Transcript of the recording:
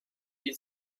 die